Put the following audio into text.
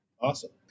Awesome